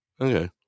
Okay